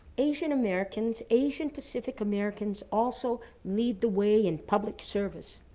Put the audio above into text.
asian americans, asian-pacific americans also lead the way in public service.